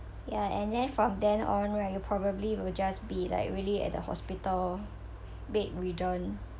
ya and then from then on right you probably will just be like really at the hospital bed ridden